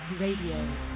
Radio